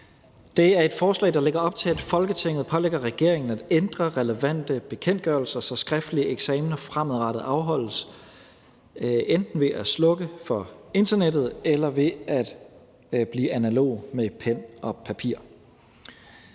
Det er et forslag, der lægger op til, at Folketinget pålægger regeringen at ændre relevante bekendtgørelser, så skriftlige eksamener fremadrettet afholdes enten ved at slukke for internettet eller ved at blive analog med pen og papir.